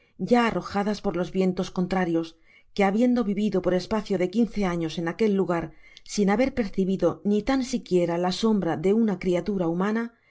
ya arrojadas por los vientos contrarios que habiendo vivido por espacio de quince anos en aquel lugar sin haber percibido ni tan siquiera la sombra de una criatora humana